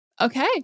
okay